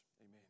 Amen